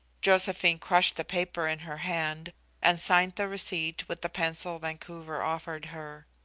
josephine crushed the paper in her hand and signed the receipt with the pencil vancouver offered her.